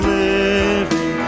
living